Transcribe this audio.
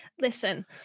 Listen